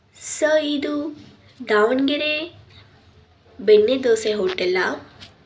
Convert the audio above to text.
sir ಇದು ದಾವಣಗೆರೆ ಬೆಣ್ಣೆ ದೋಸೆ ಹೋಟೆಲ್ಲಾ